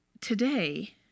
today